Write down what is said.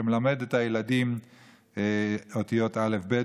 שמלמד את הילדים אותיות האל"ף-בי"ת,